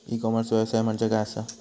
E commerce व्यवसाय म्हणजे काय असा?